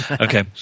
Okay